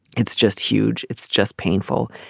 it's just huge. it's just painful.